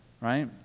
right